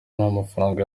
n’amafaranga